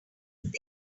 think